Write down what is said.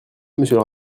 monsieur